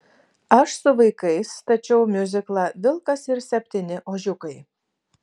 aš su vaikais stačiau miuziklą vilkas ir septyni ožiukai